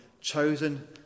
chosen